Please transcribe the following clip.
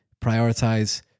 prioritize